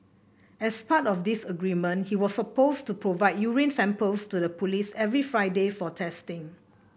as part of this agreement he was supposed to provide urine samples to the police every Friday for testing